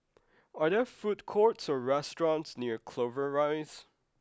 are there food courts or restaurants near Clover Rise